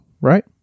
right